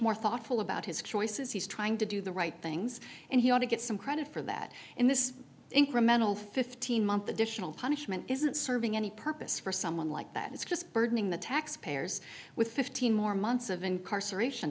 more thoughtful about his choices he's trying to do the right things and he ought to get some credit for that in this incremental fifteen month additional punishment isn't serving any purpose for someone like that it's just burdening the taxpayers with fifteen more months of incarceration